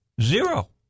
zero